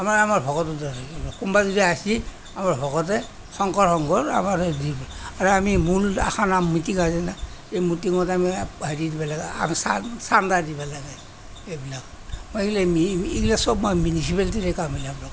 আমাৰ আমাৰ ভকতে দিব কোনোবা যদি আহিছে আমাৰ ভকতে শংকৰ সংঘৰ আমাৰ লেই যি আমি মূল মিটিঙৰ দিনা সেই মিটিঙত আমি হেৰি দিব লাগে চাণ্ডা দিব লাগে এইবিলাক চব মিউনিচিপালিটিৰে কাম এইবিলাক